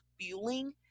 fueling